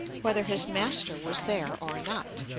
whether his master was there or not.